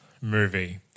movie